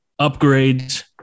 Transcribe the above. upgrades